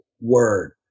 word